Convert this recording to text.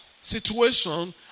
situation